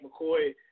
McCoy